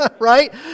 right